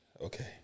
Okay